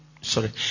sorry